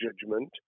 judgment